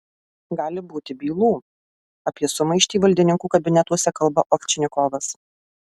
gali būti bylų apie sumaištį valdininkų kabinetuose kalba ovčinikovas